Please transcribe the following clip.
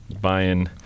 buying